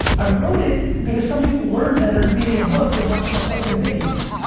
i wrote it because some people learn better reading a book than watching my fucking videos.